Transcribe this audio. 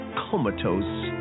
comatose